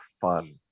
fun